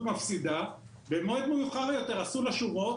מפסידה ובמועד מאוחר יותר עשו לה שומות,